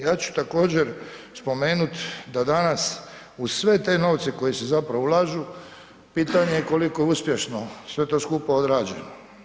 Ja ću također spomenut da danas uz sve te novce koji se zapravo ulažu, pitanje je koliko je uspješno sve to skupa odrađeno.